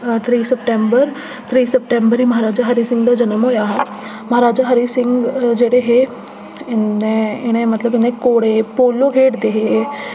त्रेई सितंबर त्रेई सितंबर गी महाराजा हरी सिंह दा जनम होआ हा महाराजा हरि सिंह जेह्ड़े हे इ'नें इ'नें मतलब इ'नें घोड़े पोलो खेडदे हे एह्